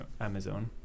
Amazon